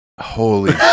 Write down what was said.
holy